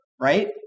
right